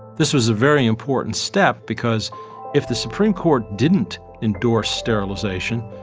this was a very important step because if the supreme court didn't endorse sterilization,